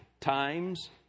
times